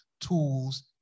tools